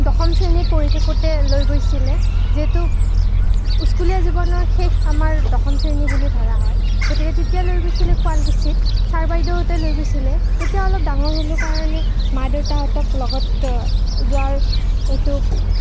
দশম শ্ৰেণীত পঢ়ি থাকোঁতে লৈ গৈছিলে যিহেতু স্কুলীয়া জীৱনৰ শেষ আমাৰ দশম শ্ৰেণী বুলি ধৰা হয় গতিকে তেতিয়া লৈ গৈছিলে শুৱালকুছিত ছাৰ বাইদেউহঁতে লৈ গৈছিলে তেতিয়া অলপ ডাঙৰ হ'লোঁ কাৰণে মা দেউতাহঁতক লগত যোৱাৰ এইটো